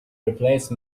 replace